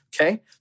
Okay